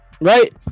right